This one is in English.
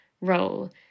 role